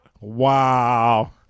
Wow